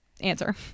answer